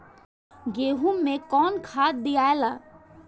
गेहूं मे कौन खाद दियाला?